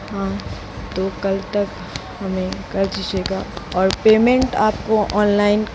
हाँ तो कल तक हमें कर दीजीएगा और पेमेंट आपको ऑनलाइन